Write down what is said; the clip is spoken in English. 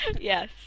Yes